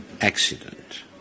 accident